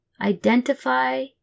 identify